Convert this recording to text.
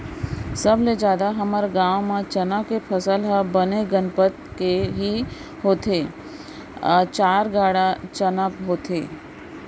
सबले जादा हमर गांव म चना के फसल ह बने गनपत के ही होथे चार गाड़ा चना होथे